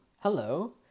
hello